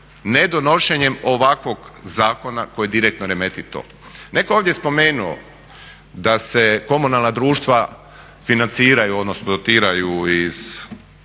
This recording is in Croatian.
Ne donošenjem ovakvog zakona koji direktno remeti to. Netko je ovdje spomenuo da se komunalna društva financiraju, odnosno dotiraju iz